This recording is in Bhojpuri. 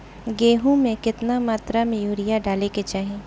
गेहूँ में केतना मात्रा में यूरिया डाले के चाही?